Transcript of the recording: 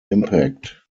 impact